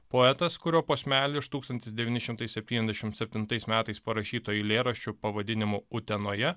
poetas kurio posmelį iš tūkstantis devyni šimtai septyniasdešimt septintais metais parašyto eilėraščio pavadinimu utenoje